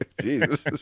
Jesus